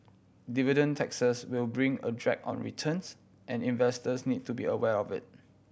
dividend taxes will bring a drag on returns and investors need to be aware of it